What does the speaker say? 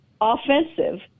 offensive